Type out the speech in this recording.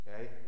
okay